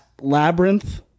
labyrinth